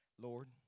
Lord